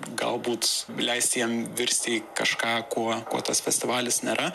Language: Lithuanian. galbūt leisti jam virsti į kažką kuo kuo tas festivalis nėra